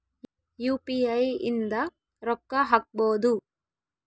UPI ಇಂದ ರೊಕ್ಕ ಹಕ್ಬೋದು